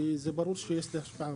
וזה ברור שיש השפעה.